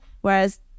whereas